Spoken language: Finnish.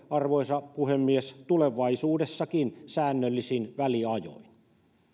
arvoisa puhemies tulevaisuudessakin säännöllisin väliajoin